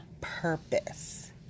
purpose